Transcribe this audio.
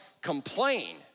complain